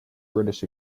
british